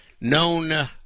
known